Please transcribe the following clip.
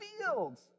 fields